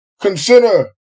consider